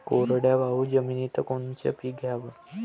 कोरडवाहू जमिनीत कोनचं पीक घ्याव?